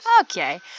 Okay